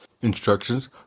Instructions